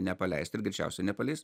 nepaleist ir greičiausiai nepaleis